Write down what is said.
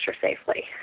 safely